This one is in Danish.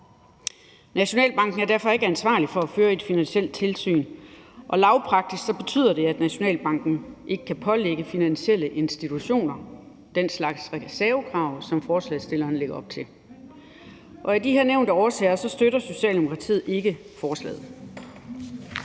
Nationalbanken er derfor ikke ansvarlig for at føre et finansielt tilsyn, og lavpraktisk betyder det, at Nationalbanken ikke kan pålægge finansielle institutioner den slags reservekrav, som forslagsstillerne lægger op til. Af de her nævnte årsager støtter Socialdemokratiet ikke forslaget.